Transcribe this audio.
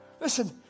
Listen